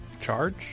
charge